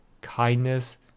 kindness